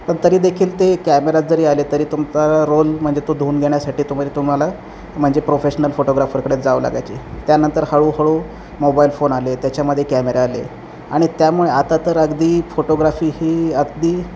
पन तरी देखील ते कॅमेराज जरी आले तरी तुमचा रोल म्हणजे तो धुऊन घेण्यासाठी तुम तुम्हाला म्हणजे प्रोफेशनल फोटोग्राफरकडे जावं लागायचं त्यानंतर हळूहळू मोबाईल फोन आले त्याच्यामध्ये कॅमेरा आले आणि त्यामुळे आता तर अगदी फोटोग्राफी ही अगदी